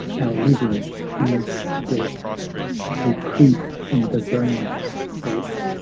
our living is death we creep in the brain's thought,